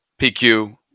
PQ